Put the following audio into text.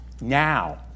Now